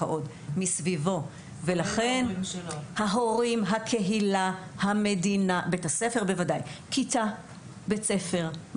ההורים; הקהילה; המדינה; בוודאי שבית הספר.